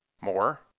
more